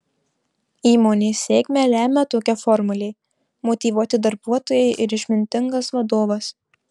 įmonės sėkmę lemią tokia formulė motyvuoti darbuotojai ir išmintingas vadovas